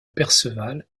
perceval